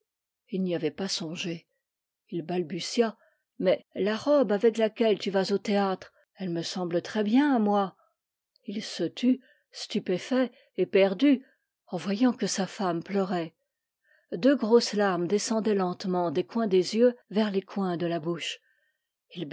il n'y avait pas songé il balbutia mais la robe avec laquelle tu vas au théâtre elle me semble très bien à moi il se tut stupéfait éperdu en voyant que sa femme pleurait deux grosses larmes descendaient lentement des coins des yeux vers les coins de la bouche